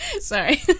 sorry